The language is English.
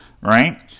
right